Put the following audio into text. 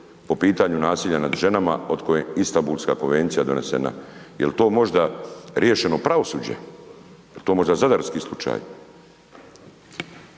po pitanju nasilja nad ženama od kada je Istambulska konvencija donesena. Jel to možda riješeno pravosuđe, jel to možda zadarski slučaj?